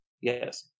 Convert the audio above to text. Yes